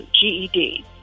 GED